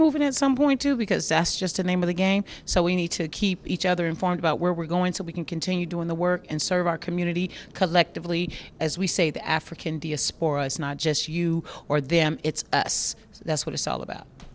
moving at some point too because that's just the name of the game so we need to keep each other informed about where we're going so we can continue doing the work and serve our community collectively as we say the african d a spore us not just you or them it's us that's what it's all about